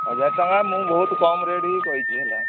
ହଜାରେ ଟଙ୍କା ମୁଁ ବହୁତ କମ ରେଟ୍ ହି କହିଛି ହେଲା